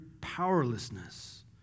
powerlessness